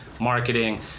marketing